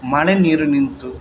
ಮಳೆ ನೀರು ನಿಂತು